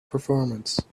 performance